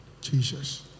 Jesus